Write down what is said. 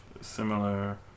similar